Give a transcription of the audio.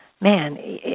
man